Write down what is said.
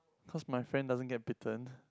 cause my friend doesn't get bitten